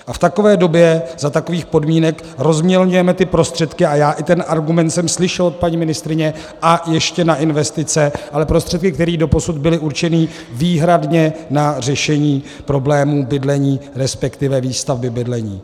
A v takové době za takových podmínek rozmělňujeme ty prostředky a já i ten argument jsem slyšel od paní ministryně ještě na investice, prostředky, které doposud byly určené výhradně na řešení problému bydlení resp. výstavby bydlení.